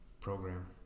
program